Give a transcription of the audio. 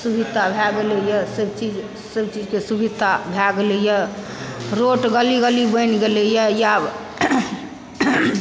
सुवित्ता भए गेलै यऽ सभ् चीज सभ चीजके सुवित्ता भए गेलै यऽ रोड गली गली बनि गेलै यऽ आब